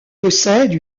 possède